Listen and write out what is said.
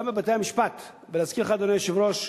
גם בבתי-המשפט, ולהזכיר לך, אדוני היושב-ראש,